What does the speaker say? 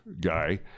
guy